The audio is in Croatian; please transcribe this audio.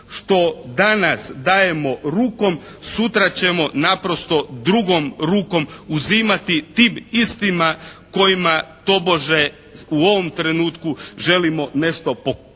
što danas dajemo rukom sutra ćemo naprosto drugom rukom uzimati tim istima kojima tobože u ovom trenutku želimo nešto pokloniti,